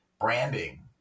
branding